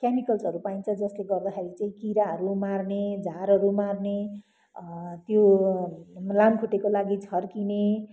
केमिकल्सहरू पाइन्छ जसले गर्दाखेरि चाहिँ किराहरू मार्ने झारहरू मार्ने त्यो लामखुट्टेको लागि छर्किने